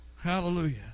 Hallelujah